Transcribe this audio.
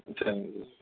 சரிங்க சார்